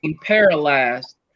paralyzed